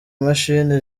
mashini